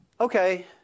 okay